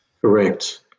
Correct